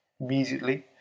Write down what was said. immediately